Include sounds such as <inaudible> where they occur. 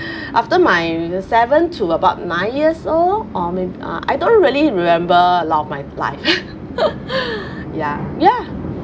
<laughs> after my seven to about nine years old or maybe uh I don't really remember a lot of my life <laughs> ya ya